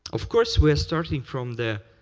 of course, we're starting from the